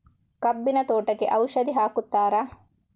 ಕಬ್ಬಿನ ತೋಟಕ್ಕೆ ಔಷಧಿ ಹಾಕುತ್ತಾರಾ?